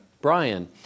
Brian